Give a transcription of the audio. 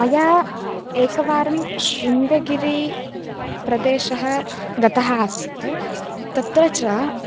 मया एकवारं शृङ्गगिरिप्रदेशः गतः आसीत् तत्र च